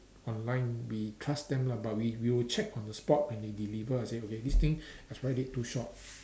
online we trust them lah but we we will check on the spot when they deliver and say okay this thing expiry date too short